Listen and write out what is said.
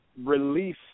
release